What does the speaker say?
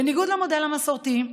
בניגוד למודל המסורתי,